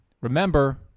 Remember